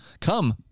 Come